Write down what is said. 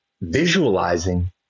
visualizing